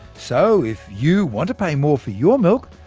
so, if you want to pay more for your milk,